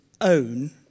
own